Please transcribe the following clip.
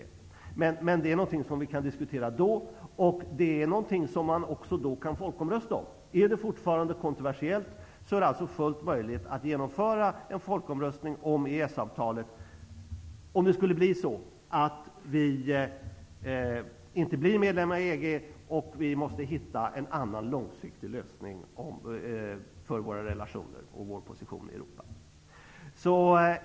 Det är emellertid något som man kan diskutera när det blir aktuellt, och man kan även folkomrösta om det. Är det fortfarande kontroversiellt är det fullt möjligt att genomföra en folkomröstning om EES-avtalet, om vi inte blir medlemmar i EG och måste hitta en annan långsiktig lösning för våra relationer och för vår position i Europa.